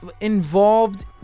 involved